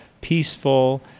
peaceful